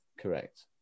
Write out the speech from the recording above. Correct